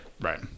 Right